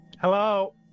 Hello